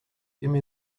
gimme